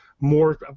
more